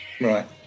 Right